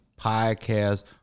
podcast